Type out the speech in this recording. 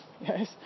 Yes